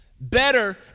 Better